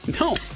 No